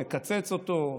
מקצץ אותו,